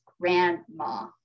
grandma